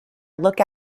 look